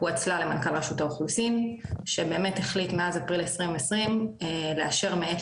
הואצלה למנכ"ל רשות האוכלוסין שבאמת החליט מאז אפריל 2020 לאשר מעת